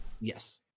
yes